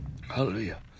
Hallelujah